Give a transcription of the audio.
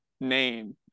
name